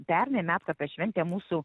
pernai medkopio šventė mūsų